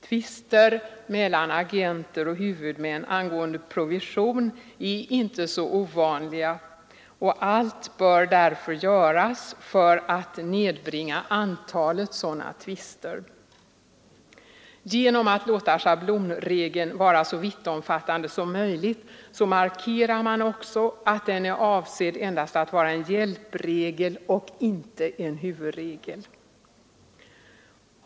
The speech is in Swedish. Tvister mellan agenter och huvudmän angående provision är inte så ovanliga, och allt bör därför göras för att nedbringa antalet sådana tvister. Genom att låta schablonregeln vara så vittomfattande som möjligt markerar man också att den är avsedd endast att vara en hjälpregel och inte en huvudregel.